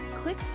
click